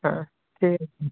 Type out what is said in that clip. হ্যাঁ ঠিক আছে